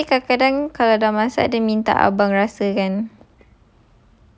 dia nanti kadang-kadang kalau ada masak akan minta abang rasa kan